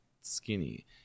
skinny